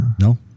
No